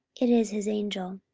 it is his angel.